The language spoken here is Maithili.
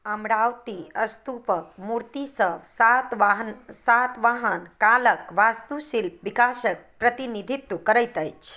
अमरावती स्तूपक मूर्तिसभ सातवाहन कालक वास्तुशिल्प विकासक प्रतिनिधित्व करैत अछि